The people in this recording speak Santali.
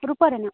ᱨᱩᱯᱟᱹ ᱨᱮᱱᱟᱜ